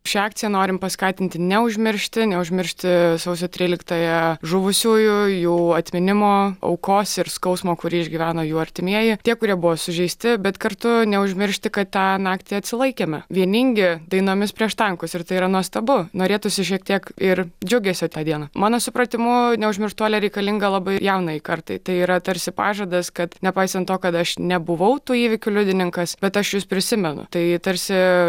šia akcija norim paskatinti neužmiršti neužmiršti sausio tryliktąją žuvusiųjų jų atminimo aukos ir skausmo kurį išgyveno jų artimieji tie kurie buvo sužeisti bet kartu neužmiršti kad tą naktį atsilaikėme vieningi dainomis prieš tankus ir tai yra nuostabu norėtųsi šiek tiek ir džiugesio tą dieną mano supratimu neužmirštuolė reikalinga labai ir jaunajai kartai tai yra tarsi pažadas kad nepaisant to kad aš nebuvau tų įvykių liudininkas bet aš jus prisimenu tai tarsi